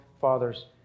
fathers